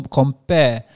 compare